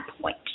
point